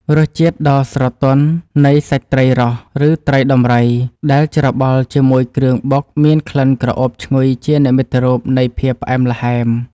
រសជាតិដ៏ស្រទន់នៃសាច់ត្រីរ៉ស់ឬត្រីដំរីដែលច្របល់ជាមួយគ្រឿងបុកមានក្លិនក្រអូបឈ្ងុយជានិមិត្តរូបនៃភាពផ្អែមល្ហែម។